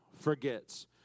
forgets